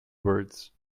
words